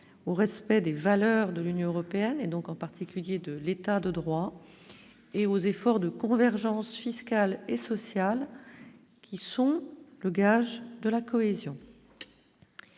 au respect des valeurs de l'Union européenne et donc en particulier de l'État de droit et aux efforts de convergence fiscale et sociale, qui sont le gage de la cohésion.